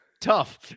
Tough